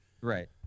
Right